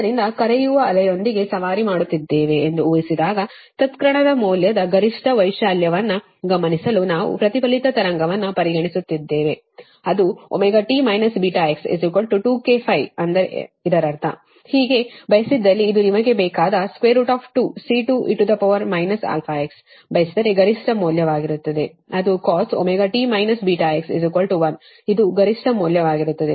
ಆದ್ದರಿಂದ ಕರೆಯುವ ಅಲೆಯೊಂದಿಗೆ ಸವಾರಿ ಮಾಡುತ್ತಿದ್ದೇವೆ ಎಂದು ಊಹಿಸಿದಾಗ ತತ್ಕ್ಷಣದ ಮೌಲ್ಯದ ಗರಿಷ್ಠ ವೈಶಾಲ್ಯವನ್ನು ಗಮನಿಸಲು ನಾವು ಪ್ರತಿಫಲಿತ ತರಂಗವನ್ನು ಪರಿಗಣಿಸುತ್ತಿದ್ದೇವೆ ಅದು ωt βx 2 k ಅಂದರೆ ಇದರ ಅರ್ಥ ಹೀಗೆ ಬಯಸಿದಲ್ಲಿ ಇದು ನಿಮಗೆ ಬೇಕಾದ 2 C2 e αx ಬಯಸಿದರೆ ಗರಿಷ್ಠ ಮೌಲ್ಯವಾಗಿರುತ್ತದೆ ಅದು cos ωt βx 1 ಇದು ಗರಿಷ್ಠ ಮೌಲ್ಯವಾಗಿರುತ್ತದೆ ಸರಿನಾ